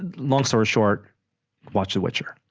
ah long story short watch the witcher